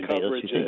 coverage